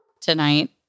tonight